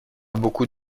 beaucoup